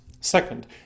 Second